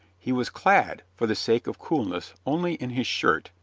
he was clad, for the sake of coolness, only in his shirt,